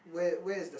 where where is the